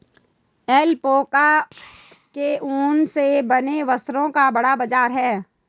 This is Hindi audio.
ऐल्पैका के ऊन से बने वस्त्रों का बड़ा बाजार है